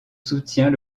soutient